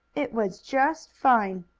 it was just fine!